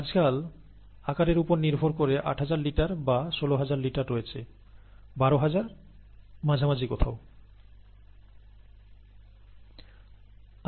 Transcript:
আজকাল আকারের উপর নির্ভর করে 8000 লিটার বা 16 হাজার লিটার রয়েছে বা কোথাও 12000